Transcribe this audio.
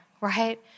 right